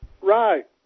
Right